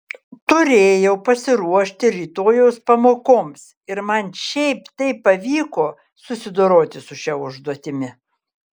turėjau pasiruošti rytojaus pamokoms ir man šiaip taip pavyko susidoroti su šia užduotimi